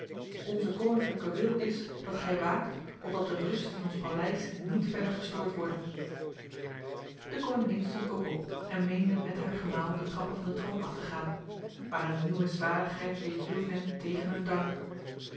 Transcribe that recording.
onze koninklijke wil is dat gij waakt opdat de rust in ons paleis niet verder gestoord worde de koningin stond ook op en meende met haar gemaal de trappen van de troon af te gaan maar een nieuwe zwarigheid weerhield hen tegen hun dank